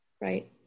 Right